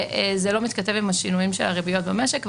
וזה לא מתכתב עם השינויים של הריביות במשק.